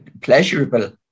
pleasurable